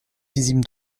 visible